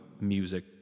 music